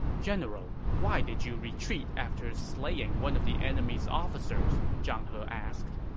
general, why did you retreat after slaying one of the enemy's officers? zhang he asked